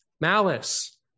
malice